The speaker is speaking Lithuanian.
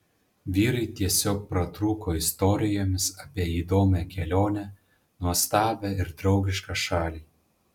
vyrai tiesiog pratrūko istorijomis apie įdomią kelionę nuostabią ir draugišką šalį